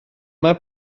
mae